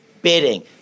bidding